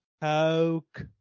Poke